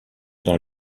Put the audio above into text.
dans